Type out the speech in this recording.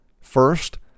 First